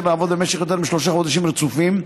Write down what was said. לעבוד במשך יותר משלושה חודשים רצופים,